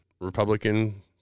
Republican